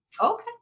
Okay